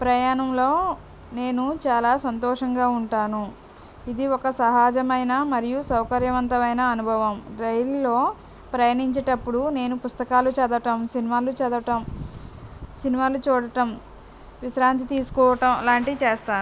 ప్రయాణంలో నేను చాలా సంతోషంగా ఉంటాను ఇది ఒక సహజమైన మరియు సౌకర్యవంతమైన అనుభవం రైల్ లో ప్రయాణించేటప్పుడు నేను పుస్తకాలు చదవడం సినిమాలు చదవడం సినిమాలు చూడటం విశ్రాంతి తీసుకోవడం అలాంటివి చేస్తాను